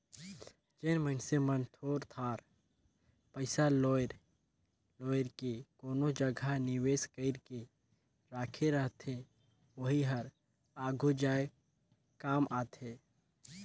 जेन मइनसे मन थोर थार पइसा लोएर जोएर के कोनो जगहा निवेस कइर के राखे रहथे ओही हर आघु जाए काम आथे